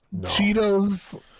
Cheetos